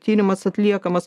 tyrimas atliekamas